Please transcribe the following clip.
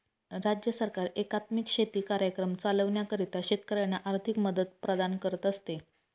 राज्य सरकार एकात्मिक शेती कार्यक्रम चालविण्याकरिता शेतकऱ्यांना आर्थिक मदत प्रदान करत असते